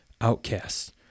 outcasts